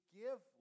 give